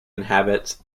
inhabit